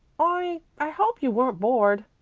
i i hope you weren't bored.